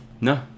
No